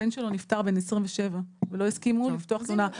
הבן שלו נפטר בן 27 ולא הסכימו לפתוח תלונה.